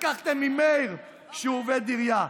לקחת ממאיר, שהוא עובד עירייה.